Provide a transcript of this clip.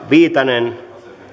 viitanen